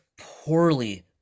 poorly